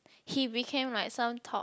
he became like some top